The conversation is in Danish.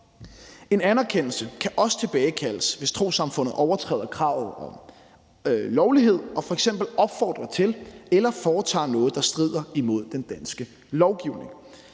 En anerkendelse kan også tilbagekaldes, hvis trossamfundet overtræder kravet om lovlighed og f.eks. opfordrer til eller foretager sig noget, der strider imod den danske lovgivning.